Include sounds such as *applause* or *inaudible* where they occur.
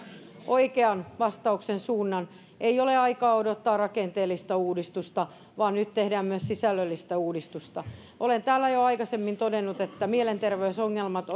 oikean suunnan ei ole aikaa odottaa rakenteellista uudistusta vaan nyt tehdään myös sisällöllistä uudistusta olen täällä jo aikaisemmin todennut että mielenterveysongelmat *unintelligible*